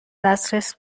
دسترس